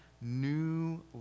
new